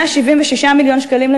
176 מיליון שקלים,